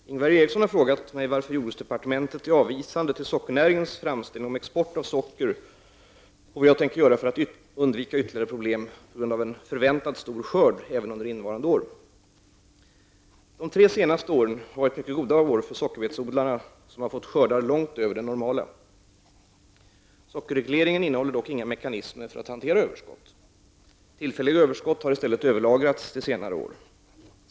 Herr talman! Ingvar Eriksson har frågat mig varför jordbruksdepartementet är avvisande till sockernäringens framställning om export av socker och vad jag tänker göra för att undvika ytterligare problem på grund av en förväntad stor skörd även under innevarande år. De tre senaste åren har varit mycket goda år för sockerbetsodlarna, som har fått skördar långt över det normala. Sockerregleringen innehåller dock inga mekanismer för att hantera överskott. Tillfälliga överskott har i stället överlagrats till senare år.